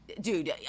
Dude